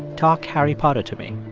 talk harry potter to me.